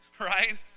right